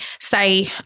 say